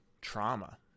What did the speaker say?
trauma